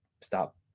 Stop